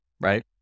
right